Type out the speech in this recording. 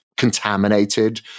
Contaminated